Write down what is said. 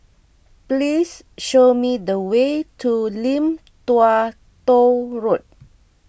please show me the way to Lim Tua Tow Road